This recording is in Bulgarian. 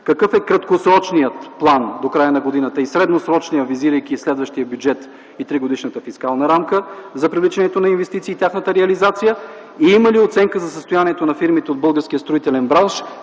Какъв е краткосрочният план до края на годината, какъв е средносрочният, визирайки следващия бюджет и тригодишната фискална рамка, за привличането на инвестиции и тяхната реализация? Има ли оценка за състоянието на фирмите от българския строителен бранш?